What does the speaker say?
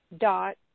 dot